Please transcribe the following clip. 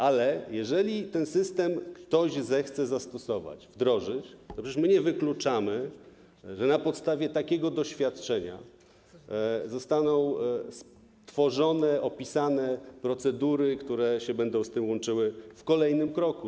Ale jeżeli ten system ktoś zechce zastosować, wdrożyć, to przecież nie wykluczamy, że na podstawie takiego doświadczenia zostaną stworzone, opisane procedury, które będą się z tym łączyły w kolejnym kroku.